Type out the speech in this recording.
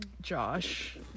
josh